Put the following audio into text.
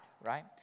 right